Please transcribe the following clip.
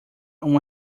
uma